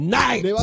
night